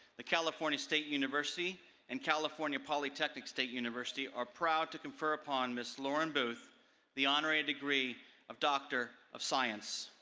the california state university and california polytechnic state university are proud to confer upon ms loren booth the honorary degree of doctor of science.